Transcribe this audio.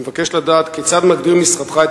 רצוני לשאול: 1. כיצד מגדיר משרדך את